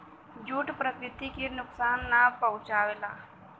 jute प्रकृति के नुकसान ना पहुंचावला